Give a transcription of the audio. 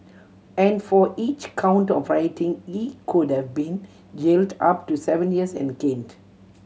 and for each count of rioting he could have been jailed up to seven years and caned